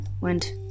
went